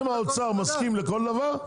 אם האוצר מסכים לכל דבר,